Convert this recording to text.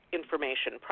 information